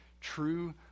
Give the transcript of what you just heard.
true